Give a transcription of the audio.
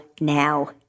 now